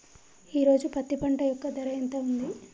ఈ రోజు పత్తి పంట యొక్క ధర ఎంత ఉంది?